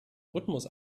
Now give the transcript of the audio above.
rhythmus